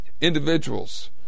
individuals